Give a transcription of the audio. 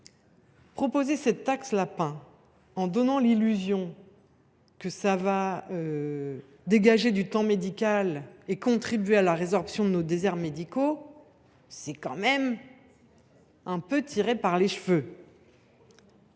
proposer cette « taxe lapin » en donnant l’illusion qu’elle permettra de dégager du temps médical et de contribuer à la résorption de nos déserts médicaux, c’est tout de même un peu tiré par les cheveux